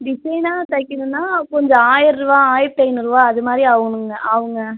டிசைனாக தைக்கிணுன்னா கொஞ்சம் ஆயிரம் ரூபா ஆயிரத்து ஐந்நூறுரூவா அதுமாதிரி ஆகணுங்க ஆகுங்க